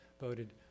voted